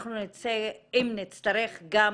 אם נצטרך אנחנו גם